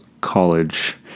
college